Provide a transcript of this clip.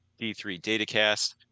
d3datacast